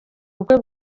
ubukwe